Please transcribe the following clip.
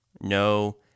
No